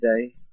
today